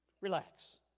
Relax